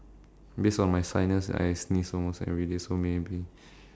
based on my sinus I sneeze almost everyday so maybe